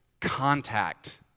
contact